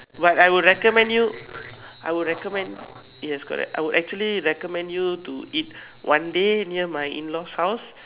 but I would recommend you I would recommend yes correct I would actually recommend you to eat one day near my in-laws house